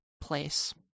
place